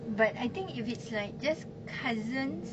but I think if it's like just cousins